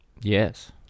Yes